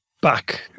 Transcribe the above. back